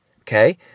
Okay